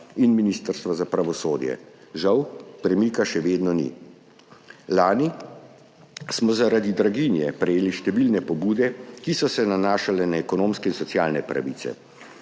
in Ministrstva za pravosodje. Žal premika še vedno ni. Lani smo zaradi draginje prejeli številne pobude, ki so se nanašale na ekonomske in socialne pravice.